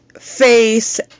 face